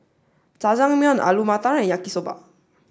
Jajangmyeon Alu Matar and Yaki Soba